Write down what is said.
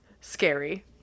scary